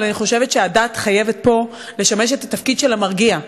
אבל אני חושבת שהדת פה חייבת לשמש בתפקיד של המרגיע,